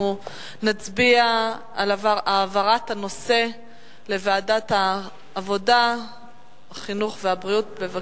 אנחנו נצביע על העברת הנושא לוועדת העבודה והרווחה.